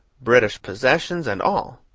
british possessions and all